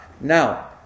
Now